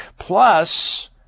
Plus